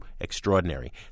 extraordinary